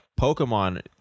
Pokemon